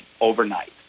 overnight